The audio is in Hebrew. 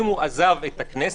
אם הוא עזב את הכנסת,